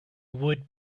would